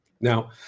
Now